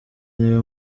niwe